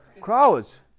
Crowds